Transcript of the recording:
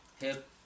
Hip